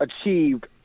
achieved